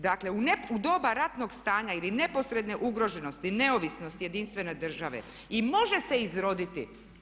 Dakle, u doba ratnog stanja ili neposredne ugroženosti, neovisnosti jedinstvene države i može se izroditi.